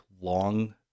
long